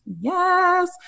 Yes